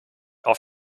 auf